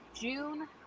June